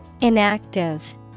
Inactive